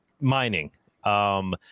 mining